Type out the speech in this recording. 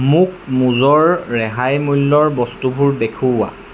মোক মুজৰ ৰেহাই মূল্যৰ বস্তুবোৰ দেখুওৱা